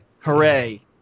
Hooray